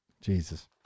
Jesus